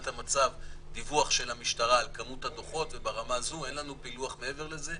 הזאת דווקא עובדת יפה מאוד בממשלה.